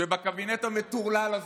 שבקבינט המטורלל הזה,